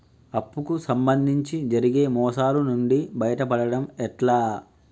అప్పు కు సంబంధించి జరిగే మోసాలు నుండి బయటపడడం ఎట్లా?